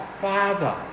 Father